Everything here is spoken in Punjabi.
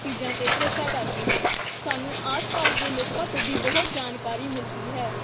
ਚੀਜ਼ਾਂ 'ਤੇ ਭਰੋਸਾ ਕਰਦੀ ਹਾਂ ਸਾਨੂੰ ਆਸ ਪਾਸ ਦੇ ਲੋਕਾਂ ਤੋਂ ਵੀ ਬਹੁਤ ਜਾਣਕਾਰੀ ਮਿਲਦੀ ਹੈ